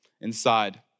inside